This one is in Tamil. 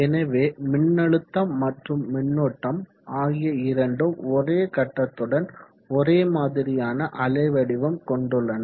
எனவே மின்னழுத்தம் மற்றும் மின்னோட்டம் ஆகிய இரண்டும் ஒரே கட்டத்துடன் ஒரேமாதிரியான அலைவடிவம் கொண்டுள்ளன